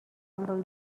until